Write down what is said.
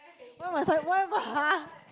why must I why